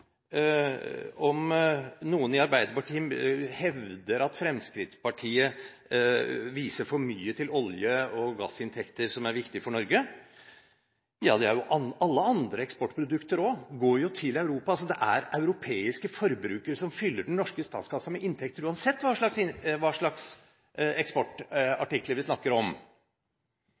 noen i Arbeiderpartiet hevder at Fremskrittspartiet viser for mye til at olje- og gassinntekter er viktig for Norge. Ja, det gjør alle andre eksportprodukter, også – går til Europa. Det er europeiske forbrukere som fyller den norske statskassen med inntekter uansett hva slags eksportartikler vi snakker om.